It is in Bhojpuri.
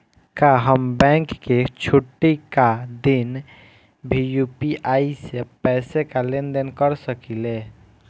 का हम बैंक के छुट्टी का दिन भी यू.पी.आई से पैसे का लेनदेन कर सकीले?